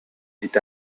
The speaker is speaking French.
est